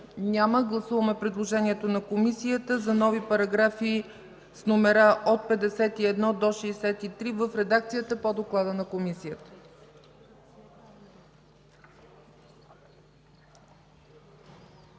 Няма. Гласуваме предложението на Комисията за нови параграфи с номера от 51 до 63 в редакцията по доклада на Комисията.